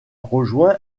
rejoint